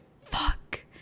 fuck